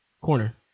corner